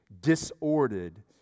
disordered